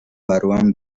barruan